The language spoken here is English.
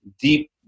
deep